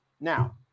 now